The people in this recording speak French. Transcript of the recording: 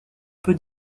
peu